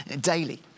daily